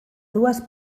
dues